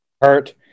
hurt